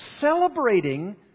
celebrating